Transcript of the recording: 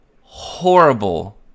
horrible